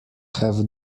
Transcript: have